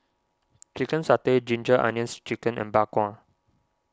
Chicken Satay Ginger Onions Chicken and Bak Kwa